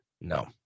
No